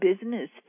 business